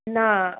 না